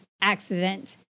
accident